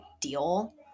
deal